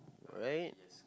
right